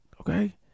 Okay